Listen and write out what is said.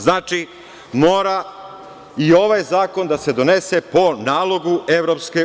Znači, mora i ovaj zakon da se donese po nalogu EU.